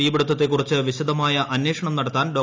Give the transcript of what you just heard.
തീപിടുത്തത്തെ കുറിച്ച് പ്ലിക്ട്മായ അന്വേഷണം നടത്താൻ ഡോ